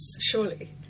surely